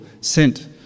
sent